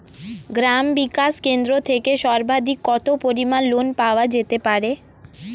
গ্রাম বিকাশ কেন্দ্র থেকে সর্বাধিক কত পরিমান লোন পাওয়া যেতে পারে?